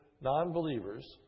non-believers